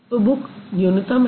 तो बुक न्यूनतम है